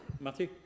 Matthew